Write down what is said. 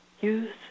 Use